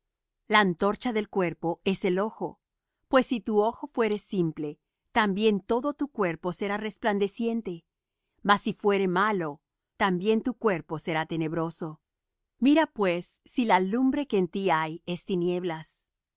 la antorcha del cuerpo es el ojo pues si tu ojo fuere simple también todo tu cuerpo será resplandeciente mas si fuere malo también tu cuerpo será tenebroso mira pues si la lumbre que en ti hay es tinieblas